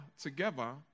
together